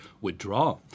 withdraw